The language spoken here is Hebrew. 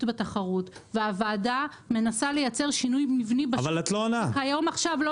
בתחרות והוועדה מנסה לייצר שינוי מבני בשוק --- עכשיו.